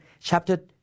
chapter